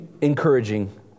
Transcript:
encouraging